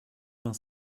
vingt